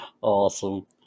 Awesome